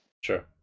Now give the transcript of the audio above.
sure